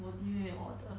我的妹妹 order